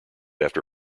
after